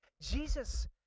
Jesus